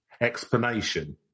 explanation